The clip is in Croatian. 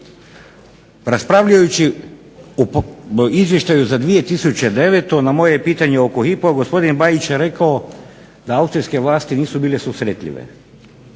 raspravljajući o izvještaju za 2009. na moje pitanje oko Hypo gospodin Bajić je rekao da Austrijske vlasti nisu bile susretljive.